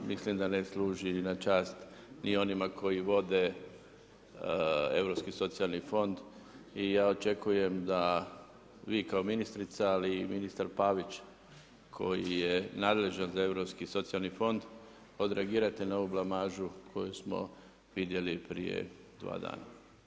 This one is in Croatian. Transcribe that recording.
Mislim da ne služi na čast ni onima koji vode Europski socijalni fond i ja očekujem da vi kao ministrica ali i ministar Pavić koji je nadležan za Europski socijalni fond odreagirate na ovu blamažu koju smo vidjeli prije dva dana.